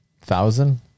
thousand